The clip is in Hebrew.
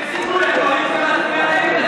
אין סיכוי, הקואליציה תצביע נגד.